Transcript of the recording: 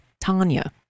Tanya